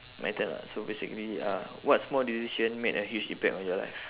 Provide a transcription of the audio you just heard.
my turn [what] so basically uh what small decision made a huge impact on your life